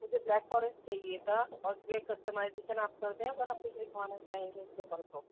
مجھے black forest چاہیے تھا اور اس پہ کسٹمائزیشن آپ کرتے ہیں اگر ہم کچھ لکھوانا چاہیں گے اس کے اوپر تو